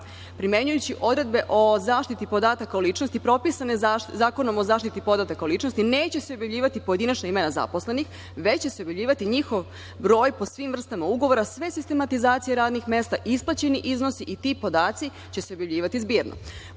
Primenjujući odredbe o zaštiti podataka o ličnosti propisane Zakonom o zaštiti podataka o ličnosti, neće se objavljivati pojedinačna imena zaposlenih, već će se objavljivati njihov broj po svim vrstama ugovora, sve sistematizacije radnih mesta, isplaćeni iznosi i ti podaci će se objavljivati zbirno. Pored